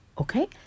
okay